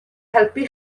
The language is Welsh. helpu